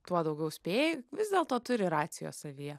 tuo daugiau spėji vis dėlto turi racijos savyje